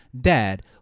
dad